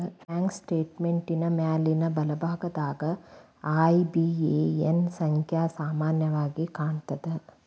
bank ಸ್ಟೇಟ್ಮೆಂಟಿನ್ ಮ್ಯಾಲಿನ್ ಬಲಭಾಗದಾಗ ಐ.ಬಿ.ಎ.ಎನ್ ಸಂಖ್ಯಾ ಸಾಮಾನ್ಯವಾಗಿ ಕಾಣ್ತದ